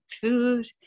food